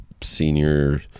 senior